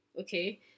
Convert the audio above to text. okay